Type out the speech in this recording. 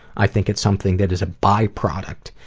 i think it's something that is a byproduct,